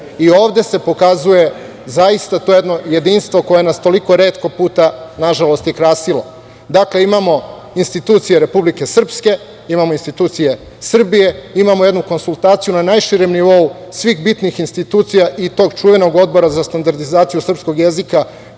I ovde se pokazuje zaista to jedno jedinstvo koje nas je toliko retko puta, nažalost, i krasilo. Imamo institucije Republike Srpske, imamo institucije Srbije, imamo jednu konsultaciju na najširem nivou svih bitnih institucija i tog čuvenog Odbora za standardizaciju srpskog jezika